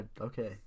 Okay